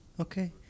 Okay